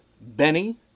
Benny